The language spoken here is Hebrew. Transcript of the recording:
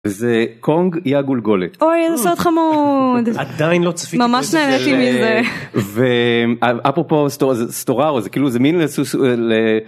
זה "קונג: אי הגולגולת", אוי איזה סרט חמוד! עדיין לא צפיתי, ממש נהניתי מזה. ואפרופו סטוררו זה כאילו, זה מין לסוס ל...